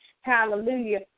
hallelujah